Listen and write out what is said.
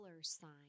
sign